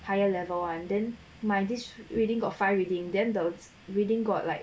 higher level [one] then my this reading got fire reading then the reading got like